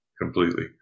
completely